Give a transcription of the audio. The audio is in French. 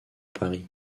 paris